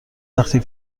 وقتی